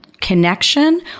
connection